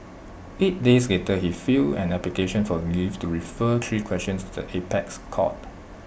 eight days later he filed an application for leave to refer three questions to the apex court